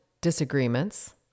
disagreements